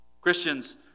Christians